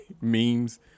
memes